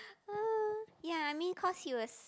uh ya I mean cause he was